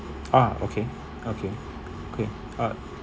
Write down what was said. ah okay okay okay uh